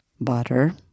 butter